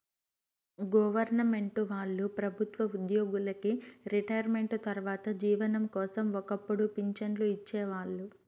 government వాళ్ళు ప్రభుత్వ ఉద్యోగులకి రిటైర్మెంటు తర్వాత జీవనం కోసం ఒక్కపుడు పింఛన్లు ఇచ్చేవాళ్ళు